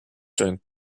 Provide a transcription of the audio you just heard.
during